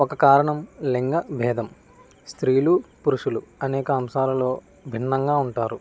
ఒక కారణం లింగ బేధం స్త్రీలు పురుషులు అనేక అంశాలలో భిన్నంగా ఉంటారు